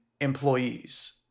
employees